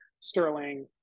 Sterling